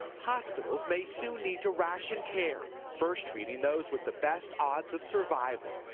hospitals may soon need to ration care. first reading those with the best odds of survival.